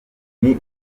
umuntu